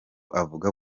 avuga